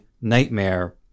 nightmare